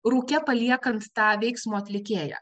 rūke paliekant tą veiksmo atlikėją